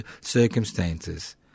circumstances